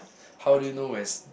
how do you know when's